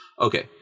Okay